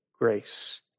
grace